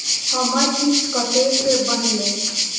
हमर किस्त कतैक बनले?